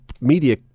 media